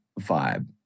vibe